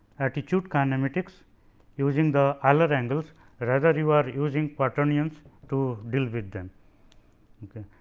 attitude kinematics using the euler angles rather you are using quaternions to deal with them ok.